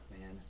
man